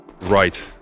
right